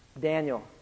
Daniel